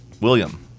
William